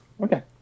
Okay